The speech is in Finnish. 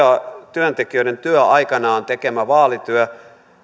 työntekijöiden työaikanaan tekemä vaalityö